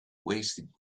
wasted